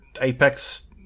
Apex